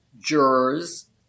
jurors